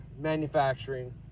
manufacturing